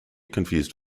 confused